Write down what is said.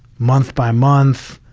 month by month,